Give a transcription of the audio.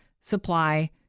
supply